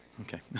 Okay